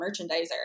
merchandiser